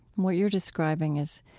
what you're describing is,